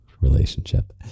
relationship